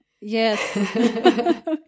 Yes